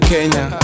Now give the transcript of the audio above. Kenya